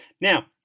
Now